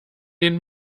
den